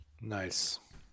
Nice